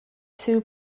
sue